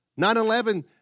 9-11